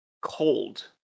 cold